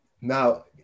Now